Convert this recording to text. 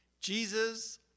Jesus